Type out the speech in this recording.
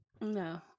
No